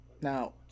Now